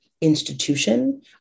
institution